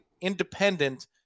independent